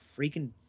freaking